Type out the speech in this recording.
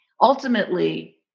ultimately